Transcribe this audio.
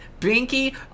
binky